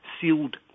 sealed